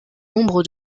nombre